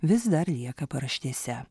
vis dar lieka paraštėse